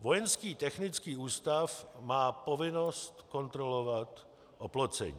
Vojenský technický ústav má povinnost kontrolovat oplocení.